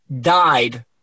died